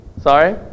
Sorry